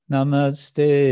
Namaste